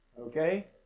Okay